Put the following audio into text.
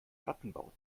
plattenbauten